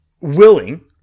willing